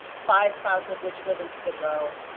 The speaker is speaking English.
five thousand of which live in skid row.